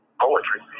poetry